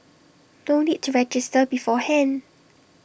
no need to register beforehand